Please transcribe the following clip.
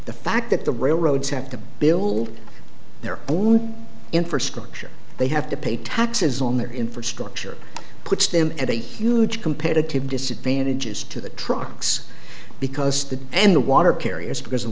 the fact that the railroads have to build their own infrastructure they have to pay taxes on their infrastructure puts them at a huge competitive disadvantage is to the trucks because the and the water carriers because